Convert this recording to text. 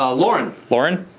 ah lauren. lauren?